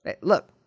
look